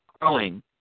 growing